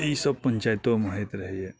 तऽ ई सब पञ्चायतोमे होइत रहैए